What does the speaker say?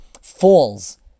falls